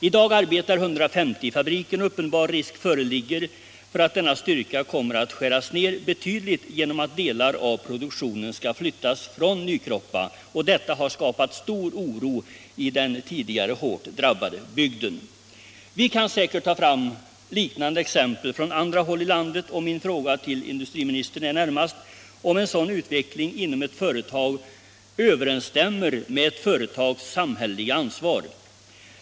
I dag arbetar 150 personer i fabriken, och uppenbar risk föreligger för att denna styrka kommer att skäras ner betydligt genom att delar av produktionen skall flyttas från Nykroppa. Detta har skapat stor oro i den redan tidigare hårt drabbade bygden. Vi kan säkert ta fram liknande exempel från andra håll i tandet, och min fråga till industriministern är närmast, om en sådan utveckling inom ett företag överensstämmer med ett företags samhälleliga ansvar.